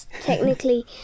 Technically